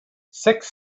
six